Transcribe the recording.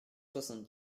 soixante